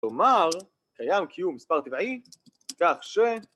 ‫כלומר, קיים קיום מספר טבעי ‫כך ש...